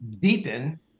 deepen